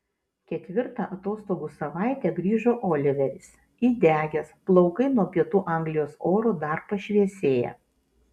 ketvirtą atostogų savaitę grįžo oliveris įdegęs plaukai nuo pietų anglijos oro dar pašviesėję